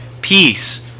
peace